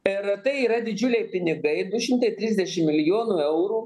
ir tai yra didžiuliai pinigai du šimtai trisdešim milijonų eurų